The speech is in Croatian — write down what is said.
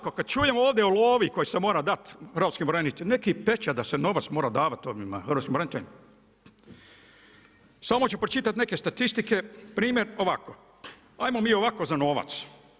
Kada čujem ovdje o lovi koja se mora dati hrvatskim braniteljima, neki pečat da se mora davati hrvatskim braniteljima, samo ću pročitati neke statistike primjer ovako, ajmo vi ovako za novac.